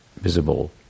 visible